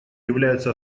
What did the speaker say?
является